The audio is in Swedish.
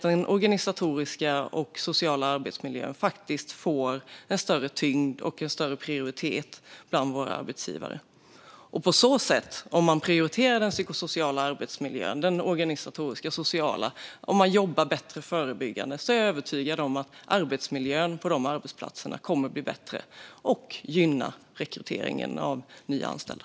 Den organisatoriska och sociala arbetsmiljön kommer att få större tyngd och prioritet bland våra arbetsgivare. Om den organisatoriska och psykosociala arbetsmiljön prioriteras och man har ett bättre förebyggande arbete är jag övertygad om att arbetsmiljön på de arbetsplatserna kommer att bli bättre och gynna rekryteringen av nya anställda.